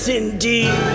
indeed